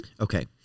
Okay